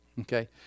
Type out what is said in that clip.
okay